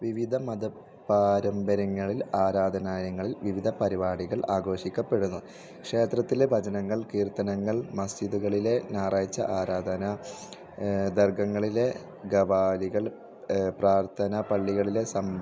വിവിധ മത പാരമ്പര്യങ്ങളിൽ ആരാധനാലയങ്ങളിൽ വിവിധ പരിപാടികൾ ആഘോഷിക്കപ്പെടുന്നു ഷേത്രത്തിലെ ഭജനങ്ങൾ കീർത്തനങ്ങൾ മസ്ജിദുകളിലെ ഞായറാഴ്ച ആരാധന ദർഗ്ഗങ്ങളിലേ ഗവാലികൾ പ്രാർത്ഥന പള്ളികളിലെ സം